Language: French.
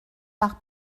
par